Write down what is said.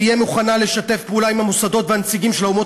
"תהיה מוכנה לשתף פעולה עם המוסדות והנציגים של האומות